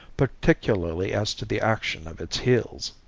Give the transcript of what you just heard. particularly as to the action of its heels.